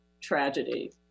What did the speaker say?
tragedy